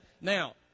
Now